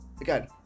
again